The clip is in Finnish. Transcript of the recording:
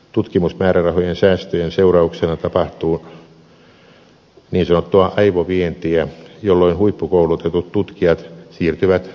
tutkimusmäärärahojen säästöjen seurauksena tapahtuu niin sanottua aivovientiä jolloin huippukoulutetut tutkijat siirtyvät työskentelemään ulkomaille